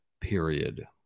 period